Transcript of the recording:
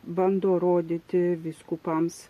bando rodyti vyskupams